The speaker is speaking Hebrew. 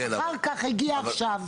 אחר-כך הגיע עכשיו.